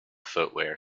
footwear